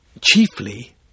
chiefly